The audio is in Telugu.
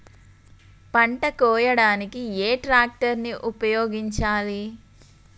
పంట కోయడానికి ఏ ట్రాక్టర్ ని ఉపయోగించాలి?